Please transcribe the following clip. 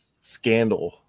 scandal